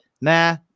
nah